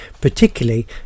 particularly